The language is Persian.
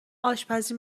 آشپزی